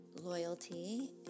loyalty